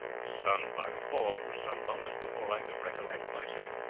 stunned by the fall, it was some moments before i could recollect myself,